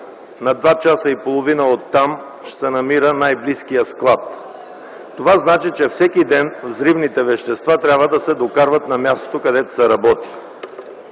на два часа и половина оттам се намира най-близкият склад. Това значи, че всеки ден взривните вещества трябва да се докарват на мястото, където се работи.